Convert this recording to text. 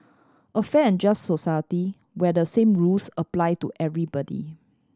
a fair and just society where the same rules apply to everybody